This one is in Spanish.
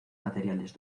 materiales